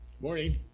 Morning